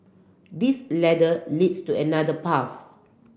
this ladder leads to another path